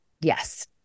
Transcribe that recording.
Yes